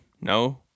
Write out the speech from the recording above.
No